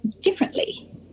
differently